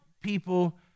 people